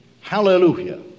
Hallelujah